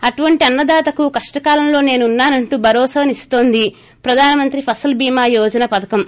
అటువంటి అన్న దాతకు కష్ష కాలంలో నేనున్నా నంటూ భరోసాను ఇస్తోంది ప్రధాన మంత్రి ఫస్టల్ భీమా యోజన పధకం